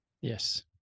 Yes